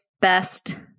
best